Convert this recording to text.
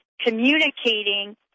communicating